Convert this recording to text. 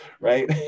right